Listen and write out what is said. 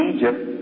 Egypt